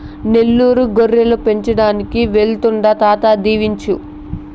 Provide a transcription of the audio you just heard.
నెల్లూరు గొర్రెలు పెంచడానికి వెళ్తాండా తాత దీవించు